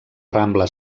rambla